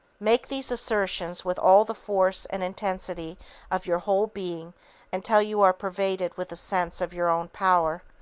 make these assertions with all the force and intensity of your whole being until you are pervaded with a sense of your own power.